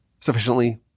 sufficiently